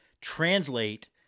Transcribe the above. translate